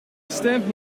gestemd